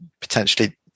potentially